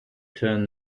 turn